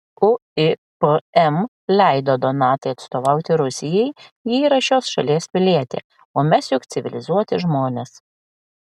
uipm leido donatai atstovauti rusijai ji yra šios šalies pilietė o mes juk civilizuoti žmonės